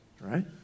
right